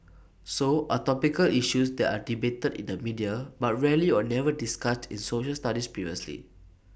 so are topical issues that are debated in the media but rarely or never discussed in social studies previously